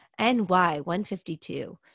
ny152